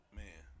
man